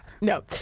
No